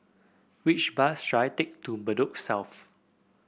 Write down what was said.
which bus should I take to Bedok South